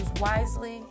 wisely